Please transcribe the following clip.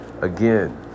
Again